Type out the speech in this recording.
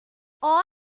all